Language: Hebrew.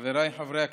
חבריי חברי הכנסת,